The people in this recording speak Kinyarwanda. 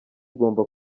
ugomba